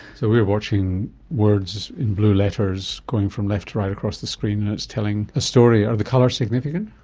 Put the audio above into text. so we're watching words in blue letters going from left to right across the screen and it's telling a story. are the colours significant?